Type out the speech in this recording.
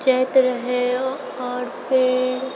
जाइत रहै आओर फेर